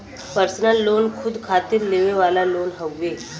personal loan खुद खातिर लेवे वाला लोन हउवे